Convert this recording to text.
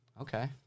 Okay